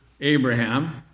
Abraham